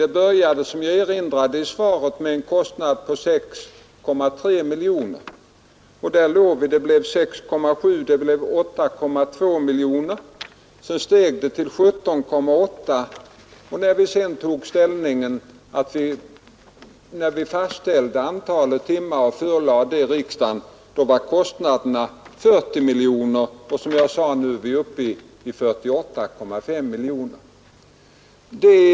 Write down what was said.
Det började, som jag erinrade om i svaret, med en kostnad på 6,3 miljoner. Det blev 6,7 miljoner och det blev 8,2. Sedan steg beloppet till 17,8 miljoner, och när vi sedan fastställde antalet timmar och förelade förslaget för riksdagen var kostnaderna 40 miljoner. Som jag sagt är vi nu uppe i 48,5 miljoner kronor.